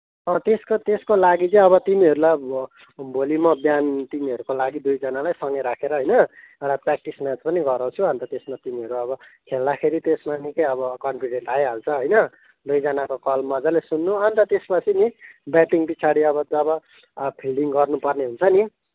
अँ त्यसको त्यसको लागि चाहिँ अब तिमीहरूलाई अब भोलि म बिहान तिमीहरूको लागि दुईजनालाई सँगै राखेर होइन एउटा प्र्याक्टिस म्याच पनि गराउँछु अन्त त्यसमा तिमीहरू अब खेल्दाखेरि त्यसमा निकै अब कन्फिडेन्ट आइहाल्छ होइन दुईजनाको कल मजाले सुन्नु अन्त त्यसपछि नि ब्याटिङ पछाडि जब फिल्डिङ गर्नुपर्ने हुन्छ नि